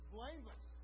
Blameless